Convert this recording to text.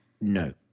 no